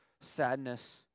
sadness